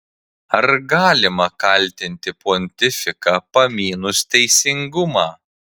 ar galima kaltinti pontifiką pamynus teisingumą